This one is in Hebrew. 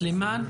סלימאן,